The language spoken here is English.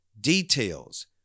details